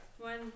One